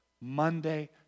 Monday